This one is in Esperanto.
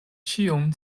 ĉion